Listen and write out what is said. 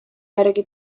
järgi